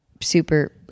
super